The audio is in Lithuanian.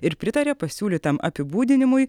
ir pritarė pasiūlytam apibūdinimui